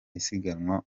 isiganwa